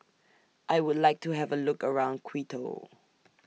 I Would like to Have A Look around Quito